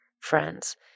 friends